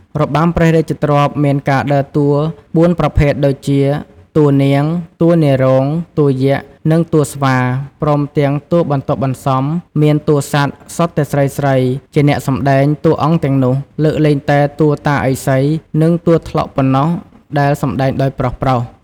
របាំព្រះរាជទ្រព្យមានការដើរតួបួនប្រភេទដូចជា តួនាង តួនាយរោង តួយក្ស និងតួស្វា ព្រមទាំងតួបន្ទាប់បន្សំ មានតួសត្វសុទ្ធតែស្រីៗ ជាអ្នកសម្តែងតួអង្គទាំងនោះ លើកលែងតែតួតាឥសី និងតួត្លុកប៉ុណ្ណោះដែល សម្តែងដោយប្រុសៗ។